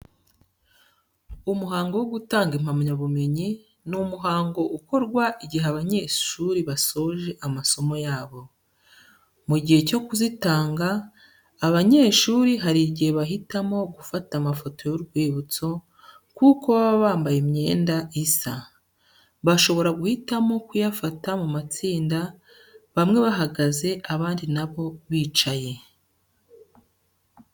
Umuhango wo gutanga impamyabumenyi ni umuhango ukorwa igihe abanyeshuri basoje amasomo yabo. Mu gihe cyo kuzitanga abanyeshuri hari igihe bahitamo gufata amafoto y'urwibutso, kuko baba bambaye imyenda isa. Bashobora guhitamo kuyafata mu matsinda bamwe bahagaze abandi na bo bicaye.